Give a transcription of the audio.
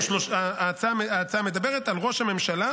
ההצעה מדברת על ראש הממשלה,